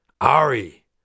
Ari